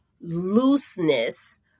looseness